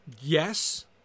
Yes